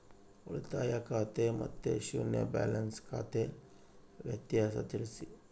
ಉಳಿತಾಯ ಖಾತೆ ಮತ್ತೆ ಶೂನ್ಯ ಬ್ಯಾಲೆನ್ಸ್ ಖಾತೆ ವ್ಯತ್ಯಾಸ ತಿಳಿಸಿ?